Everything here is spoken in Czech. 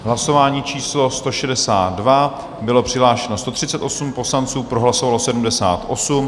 Hlasování číslo 162, bylo přihlášeno 138 poslanců, pro hlasovalo 78 .